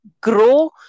grow